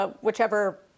whichever